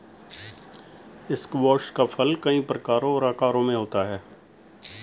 squash का फल कई प्रकारों और आकारों में होता है